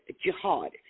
jihad